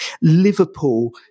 Liverpool